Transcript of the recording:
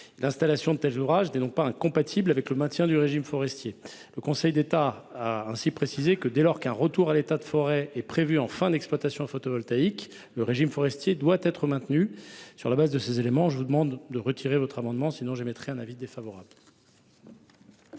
L’implantation de tels ouvrages n’est donc pas incompatible avec le maintien du régime forestier. Le Conseil d’État a ainsi précisé que, dès lors qu’un retour à l’état de forêt est prévu en fin d’exploitation photovoltaïque, le régime forestier doit être maintenu. Sur le fondement de ces éléments, je vous demande de bien vouloir retirer votre amendement ; à défaut, j’émettrai un avis défavorable.